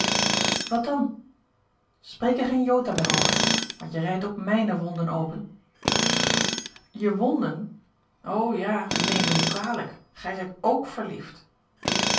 wat dan spreek er geen jota meer over want je rijt ook mijne wonden open je wonden o ja neem me niet kwalijk ge zijt ook verliefd